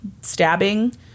Stabbing